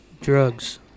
Drugs